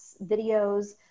videos